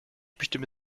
bestimme